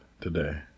today